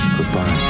Goodbye